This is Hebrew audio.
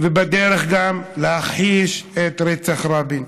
ובדרך להכחיש גם את רצח רבין.